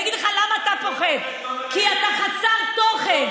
אני אגיד לך למה אתה פוחד, כי אתה חסר תוכן.